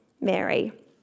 Mary